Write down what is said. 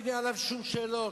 אין לי עליו שום שאלות,